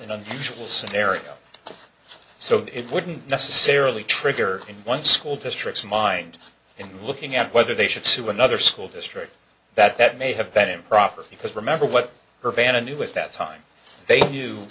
an unusual scenario so that it wouldn't necessarily trigger in one school district's mind and looking at whether they should sue another school district that that may have been improper because remember what her van a new at that time they knew